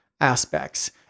aspects